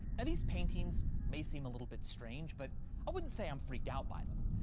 and these paintings may seem a little bit strange, but i wouldn't say i'm freaked out by them,